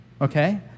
Okay